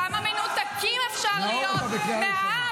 כמה מנותקים אפשר להיות מהעם?